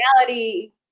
reality-